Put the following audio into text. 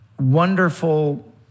wonderful